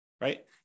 right